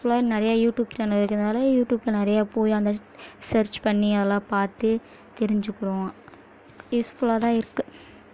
நிறைய YouTube channel இருக்கிறதுனால யூடியூபில் நிறையா போய் அங்கே ஸர்ச் பண்ணி அதலாம் பார்த்து தெரிஞ்சுக்கிறோம் யூஸ்ஃபுல்லாக தான் இருக்குது